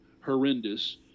horrendous